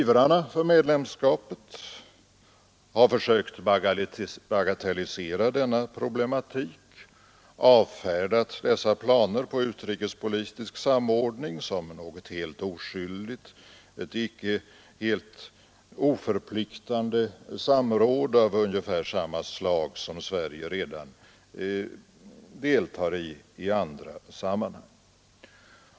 Ivrarna för medlemskapet har försökt bagatellisera denna problematik, avfärdat dessa planer på utrikespolitisk samordning som något helt oskyldigt, ett helt oförpliktigande samråd av ungefär samma slag som Sverige redan i andra sammanhang deltar i.